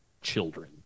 children